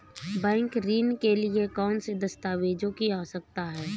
Bank ऋण के लिए कौन से दस्तावेजों की आवश्यकता है?